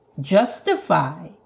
justify